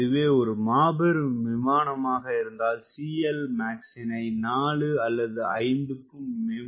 இதுவே ஒரு மாபெரும் விமானமாக இருந்தால் CLmax - னை 4 அல்லது 5க்கு மேம்படுத்தவேண்டும்